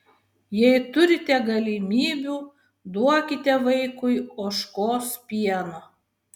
jei turite galimybių duokite vaikui ožkos pieno